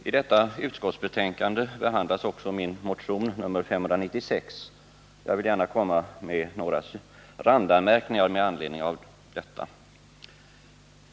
Herr talman! I detta utskottsbetänkande behandlas också min motion nr 596. Jag vill gärna komma med några randanmärkningar med anledning därav.